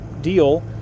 deal